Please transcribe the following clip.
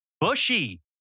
Bushy